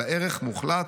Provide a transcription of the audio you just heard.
אלא ערך מוחלט,